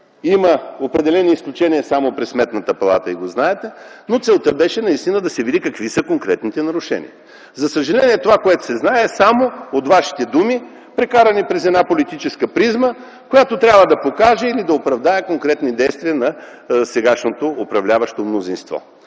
Има определени изключения само при Сметната палата и Вие го знаете. Но целта беше наистина да се види какви са конкретните нарушения. За съжаление това, което се знае, е само от Вашите думи, прекарани през една политическа призма, която трябва да покаже или да оправдае конкретни действия на сегашното управляващо мнозинство.